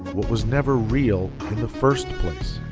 what was never real in the first place?